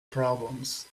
problems